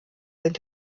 sind